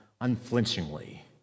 unflinchingly